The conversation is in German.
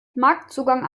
marktzugang